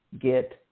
get